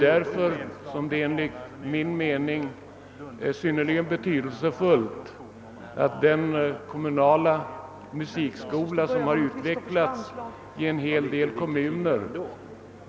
Därför är enligt min mening den kommunala musikskola som har utvecklats i en del kommuner mycket betydelsefull.